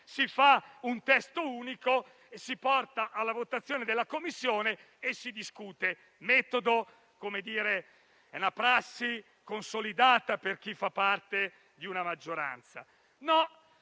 si fa un testo unico, lo si porta alla votazione della Commissione e lo si discute. Questo è il metodo, è una prassi consolidata per chi fa parte di una maggioranza.